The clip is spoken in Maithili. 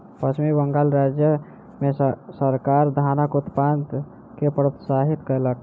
पश्चिम बंगाल राज्य मे सरकार धानक उत्पादन के प्रोत्साहित कयलक